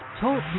Talk